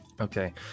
Okay